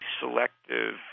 selective